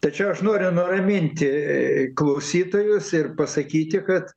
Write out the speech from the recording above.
tačiau aš noriu nuraminti ee klausytojus ir pasakyti kad